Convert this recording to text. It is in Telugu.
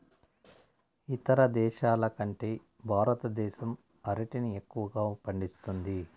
ఇతర దేశాల కంటే భారతదేశం అరటిని ఎక్కువగా పండిస్తుంది